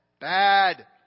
bad